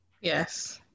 Yes